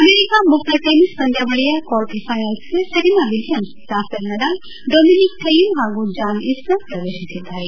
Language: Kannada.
ಅಮೆರಿಕ ಮುಕ್ತ ಟೆನಿಸ್ ಪಂದ್ಲಾವಳಿಯ ಕ್ವಾರ್ಟರ್ ಪೈನಲ್ಗೆ Serena Williams Rafael Nadal Dominic Thiem ಹಾಗೂ ಜಾಂನ್ ಇಸ್ನರ್ ಪ್ರವೇಶಿಸಿದ್ದಾರೆ